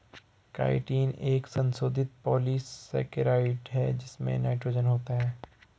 chitin एक संशोधित polysaccharide है जिसमें नाइट्रोजन होता है